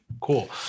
cool